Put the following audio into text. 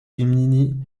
gminy